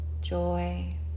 joy